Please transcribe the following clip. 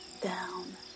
down